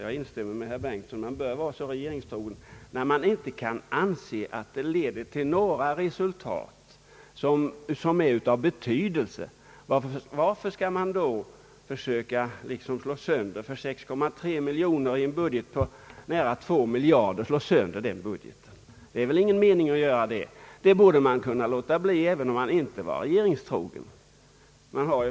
Jag instämmer med herr Bengtson att man bör vara så regeringstrogen när man anser att en höjning inte skulle leda till några resultat av betydelse. Varför skall man för 6,3 miljoner ändra en budget på nära två miljarder? Det är väl ingen mening med det. Det borde man kunna låta bli även om man inte är regeringstrogen.